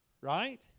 Right